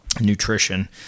Nutrition